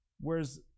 whereas